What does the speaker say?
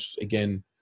again